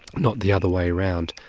not the other way around,